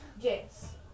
Yes